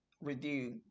review